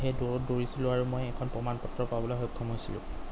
সেই দৌৰত দৌৰিছিলোঁ আৰু মই এখন প্ৰমাণপত্ৰ পাবলৈ সক্ষম হৈছিলোঁ